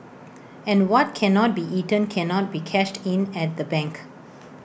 and what cannot be eaten cannot be cashed in at the bank